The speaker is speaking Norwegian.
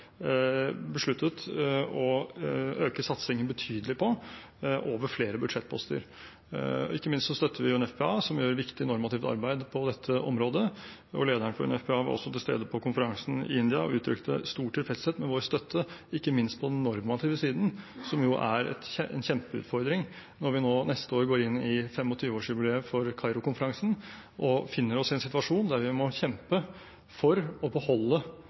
besluttet å øke satsingen betydelig på, over flere budsjettposter. Ikke minst støtter vi UNFPA, som gjør viktig normativt arbeid på dette området. Lederen av UNFPA var også til stede på konferansen i India og uttrykte stor tilfredshet med vår støtte, ikke minst på den normative siden – noe som er en kjempeutfordring når vi nå neste år går inn i 25-årsjubileet for Kairo-konferansen og befinner oss i en situasjon der vi må kjempe for å beholde